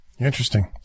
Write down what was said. Interesting